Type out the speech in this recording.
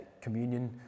communion